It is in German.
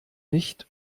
nicht